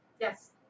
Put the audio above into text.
Yes